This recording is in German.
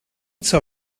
zur